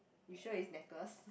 you sure it's necklace